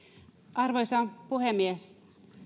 arvoisa puhemies